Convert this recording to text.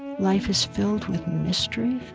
life is filled with mystery,